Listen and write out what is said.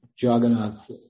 Jagannath